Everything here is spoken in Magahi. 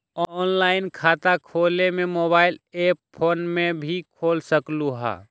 ऑनलाइन खाता खोले के मोबाइल ऐप फोन में भी खोल सकलहु ह?